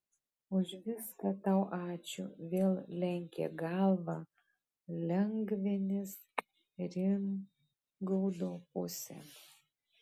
už viską tau ačiū vėl lenkė galvą lengvenis rimgaudo pusėn